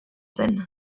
zen